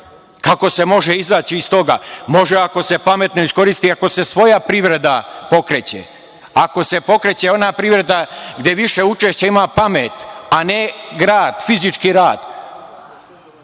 Kako se može izaći iz toga? Može ako se pametno iskoristi i ako se svoja privreda pokreće, ako se pokreće ona privreda gde više učešća ima pamet, a ne rad, fizički rad.